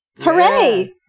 Hooray